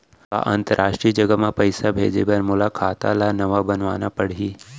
का अंतरराष्ट्रीय जगह म पइसा भेजे बर मोला खाता ल नवा बनवाना पड़ही?